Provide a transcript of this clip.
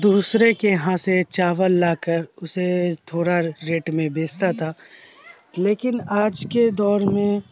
دوسرے کے یہاں سے چاول لا کر اسے تھوڑا ریٹ میں بیچتا تھا لیکن آج کے دور میں